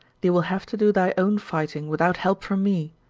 thee will have to do thy own fighting without help from me,